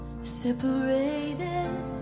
separated